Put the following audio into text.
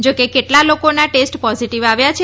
જોકે કેટલા લોકોના ટેસ્ટ પોઝીટીવ આવ્યા છે